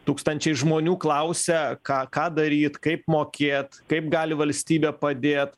tūkstančiai žmonių klausia ką ką daryt kaip mokėt kaip gali valstybė padėt